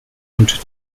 und